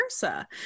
versa